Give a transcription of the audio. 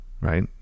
right